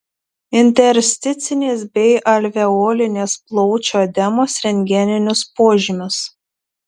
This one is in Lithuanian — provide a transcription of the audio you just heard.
intersticinės bei alveolinės plaučių edemos rentgeninius požymius